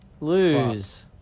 lose